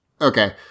Okay